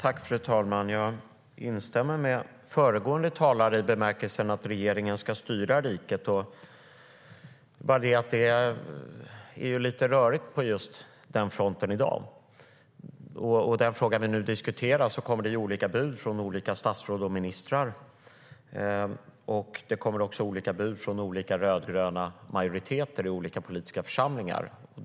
Fru talman! Jag instämmer med föregående talare i bemärkelsen att regeringen ska styra riket. Det är bara det att det är lite rörigt på den fronten i dag. I den fråga vi nu diskuterar kommer det olika bud från olika statsråd och ministrar, och det kommer också olika bud från olika rödgröna majoriteter i olika politiska församlingar.